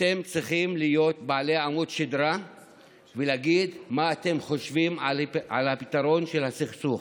אתם צריכים להיות בעלי עמוד שדרה ולהגיד מה אתם חושבים על פתרון הסכסוך,